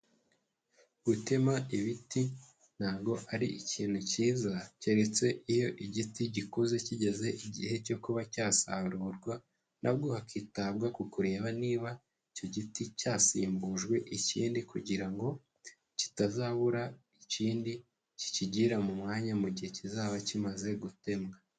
Gutema ibiti ntabwo ari ikintu cyiza, keretse iyo igiti gikuze kigeze igihe cyo kuba cyasarurwa, na bwo hakitabwa ku kureba niba icyo giti cyasimbujwe ikindi kugira ngo kitazabura ikindi kikigira mu mwanya mu gihe kizaba kimaze gutemwa.